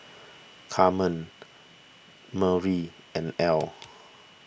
Carmen Myrle and Ely